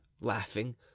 laughing